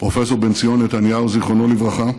פרופ' בנציון נתניהו, זיכרונו לברכה,